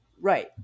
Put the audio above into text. Right